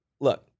Look